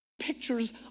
pictures